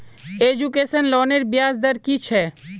Education लोनेर ब्याज दर कि छे?